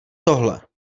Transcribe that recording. tohle